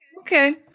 Okay